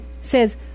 says